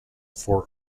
for